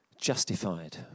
justified